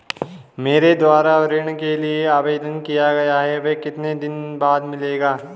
मेरे द्वारा ऋण के लिए आवेदन किया गया है वह कितने दिन बाद मिलेगा?